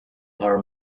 her